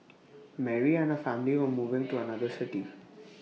Mary and her family were moving to another city